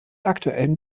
aktuellem